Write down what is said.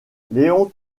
léon